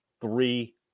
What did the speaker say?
three